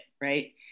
right